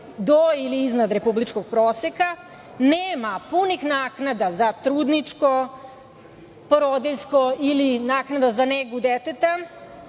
do ili iznad republičkog proseka, nema punih naknada za trudničko, porodiljsko ili naknada za negu deteta,